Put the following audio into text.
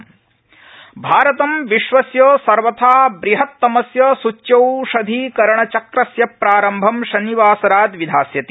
सूच्यौषधीकरणम भारतं विश्वस्य सर्वथा बृहत्तमस्य सूच्यौषधीकरणचक्रस्य प्रारम्भं शनिवासरात् विधास्यति